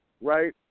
right